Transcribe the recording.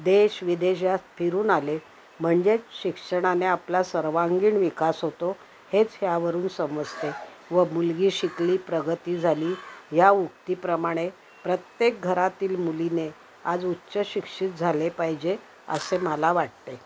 देश विदेशात फिरून आले म्हणजेच शिक्षणाने आपला सर्वांगीण विकास होतो हेच ह्यावरून समजते व मुलगी शिकली प्रगती झाली या उक्तीप्रमाणे प्रत्येक घरातील मुलीने आज उच्चशिक्षित झाले पाहिजे असे मला वाटते